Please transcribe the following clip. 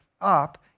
up